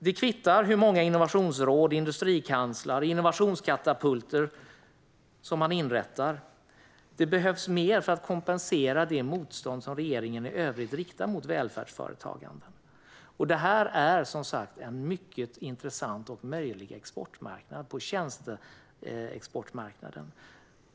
Det kvittar hur många innovationsråd, industrikansler eller innovationskatapulter som man inrättar. Det behövs mer för att kompensera det motstånd som regeringen i övrigt riktar mot välfärdsföretag. Det här är, som sagt, en mycket intressant och möjlig tjänsteexportmarknad.